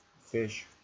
Fish